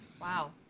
Wow